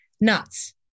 nuts